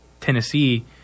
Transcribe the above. tennessee